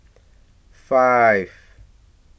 five